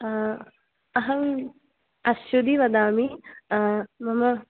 अहम् अश्वती वदामि मम